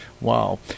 Wow